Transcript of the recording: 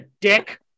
dick